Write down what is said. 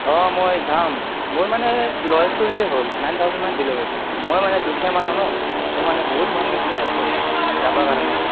অঁ মই যাম মোৰ মানে ল'ৱেষ্টটো দিলেই হ'ল নাইন থাউজেণমান দিলে হ'ল মই মানে দুখীয়া মানুহ ন তো মানে বহুত মন গৈছে তাতে যাব কাৰণে